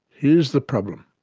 here's the problem.